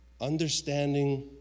understanding